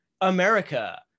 America